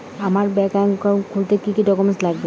আমার bank account খুলতে কি কি ডকুমেন্ট লাগবে?